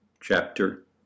Chapter